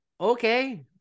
Okay